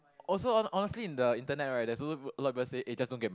also hon~ honestly in the internet right there's also a lot of people say eh just don't get ma~